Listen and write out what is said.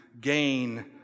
gain